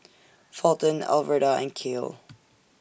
Fulton Alverda and Kael